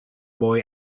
boy